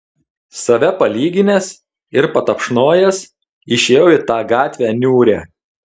save palyginęs ir patapšnojęs išėjau į tą gatvę niūrią